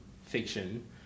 fiction